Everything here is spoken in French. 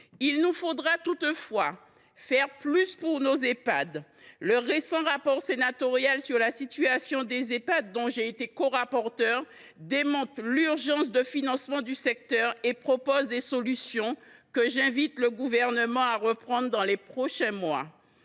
Il nous faudra toutefois faire plus pour nos Ehpad. Le récent rapport sénatorial sur la situation de ces établissements, dont j’ai été corapporteure, démontre l’urgence de financer davantage ce secteur et contient des solutions que j’invite le Gouvernement à reprendre dans les prochains mois.